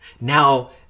Now